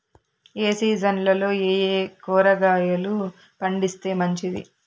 ఏ సీజన్లలో ఏయే కూరగాయలు పండిస్తే మంచిది